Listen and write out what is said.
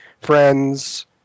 friends